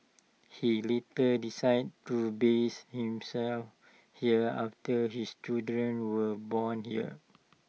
he later decided to base himself here after his children were born here